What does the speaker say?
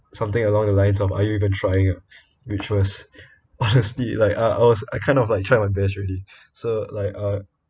something along the lines on are you even trying which was honestly like I was I kind of tried my best already so like uh